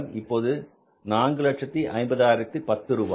இப்போது 450010 ரூபாய்கள்